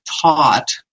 taught